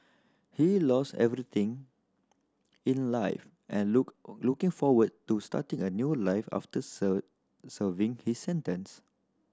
he lost everything in life and look looking forward to starting a new life after serving his sentence